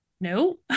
no